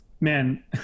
man